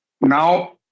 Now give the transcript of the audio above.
Now